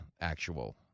actual